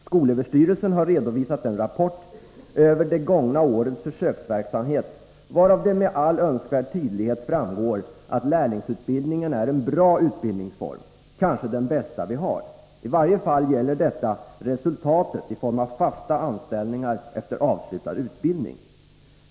Skolöverstyrelsen har redovisat en rapport över de gångna årens försöksverksamhet, varav det med all önskvärd tydlighet framgår att lärlingsutbildningen är en bra utbildningsform — kanske den bästa vi har. I varje fall gäller detta resultatet i form av fasta anställningar efter avslutad utbildning.